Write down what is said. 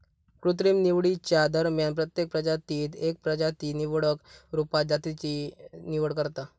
कृत्रिम निवडीच्या दरम्यान प्रत्येक प्रजातीत एक प्रजाती निवडक रुपात जातीची निवड करता